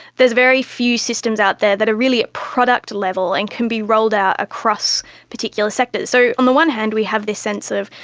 there's very few systems out there that are really product level and can be rolled out across particular sectors. so on the one hand we have this sense of,